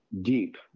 deep